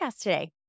today